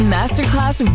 Masterclass